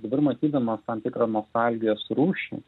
dabar matydamas tam tikrą nostalgijos rūšį